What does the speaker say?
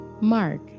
Mark